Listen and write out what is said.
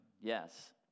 Yes